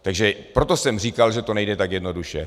Takže proto jsem říkal, že to nejde tak jednoduše.